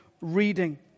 Reading